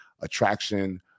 attraction